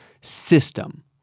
system